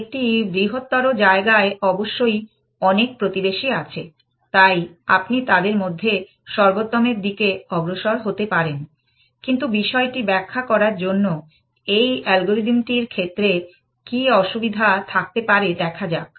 একটি বৃহত্তর জায়গায় অবশ্যই অনেক প্রতিবেশী আছে তাই আপনি তাদের মধ্যে সর্বোত্তমের দিকে অগ্রসর হতে পারেন কিন্তু বিষয়টি ব্যাখ্যা করার জন্য এই অ্যালগরিদম টির ক্ষেত্রে কি অসুবিধা থাকতে পারে দেখা যাক